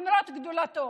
למרות גדולתו.